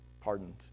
pardoned